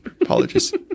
Apologies